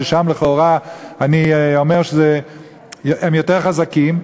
ששם לכאורה אני אומר שהם יותר חזקים,